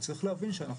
כן, יש לנו